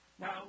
Now